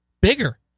Bigger